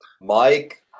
Mike